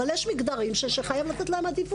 אבל יש מגדרים שחייבים לתת להם עדיפות.